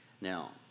Now